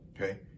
okay